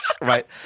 right